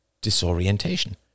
disorientation